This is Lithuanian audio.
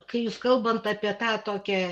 kai jūs kalbant apie tą tokią